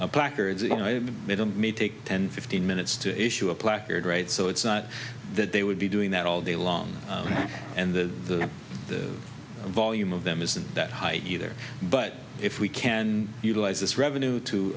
i may take ten fifteen minutes to issue a placard right so it's not that they would be doing that all day long and the volume of them isn't that high either but if we can utilize this revenue to